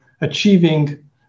achieving